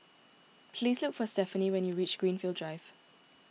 please look for Stephenie when you reach Greenfield Drive